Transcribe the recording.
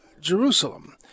Jerusalem